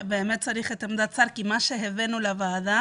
צריך את עמדת האוצר, כי מה שהבאנו לוועדה